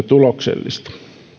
tuloksellista